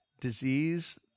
disease